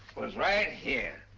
was right here.